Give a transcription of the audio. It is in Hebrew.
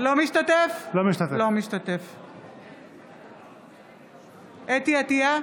משתתף בהצבעה חוה אתי עטייה,